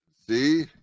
See